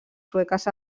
sueques